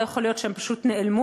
לא יכול להיות שהן פשוט נעלמו,